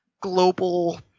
global